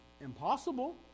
impossible